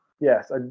Yes